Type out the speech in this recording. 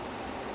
ya